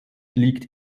liegt